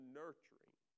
nurturing